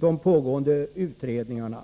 de pågående utredningarna.